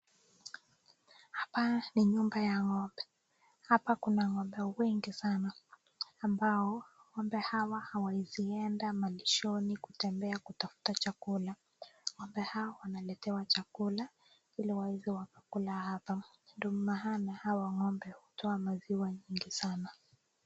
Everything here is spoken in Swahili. Hapa ni nyumba ngombe hapa kuna ngombe wengi sana ambao ngombe hawa hawaezi enda malishoni kutafta chakula ngombe hawa wanaletewa chakula ili wakule hapo ndo maana hawa ngombe hutoa maziwa nyingi sana.